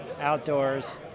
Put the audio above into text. outdoors